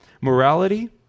Morality